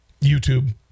YouTube